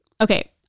okay